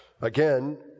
Again